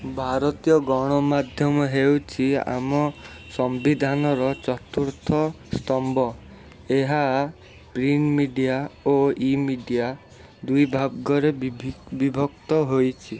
ଭାରତୀୟ ଗଣମାଧ୍ୟମ ହେଉଛି ଆମ ସମ୍ବିଧାନର ଚତୁର୍ଥସ୍ତମ୍ଭ ଏହା ପ୍ରିମ୍ ମିଡ଼ିଆ ଓ ଇମିଡ଼ିଆ ଦୁଇ ଭାଗରେ ବିଭକ୍ତ ହୋଇଛି